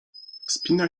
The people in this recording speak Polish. wspina